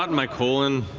my colon.